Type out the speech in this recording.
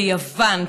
ביוון,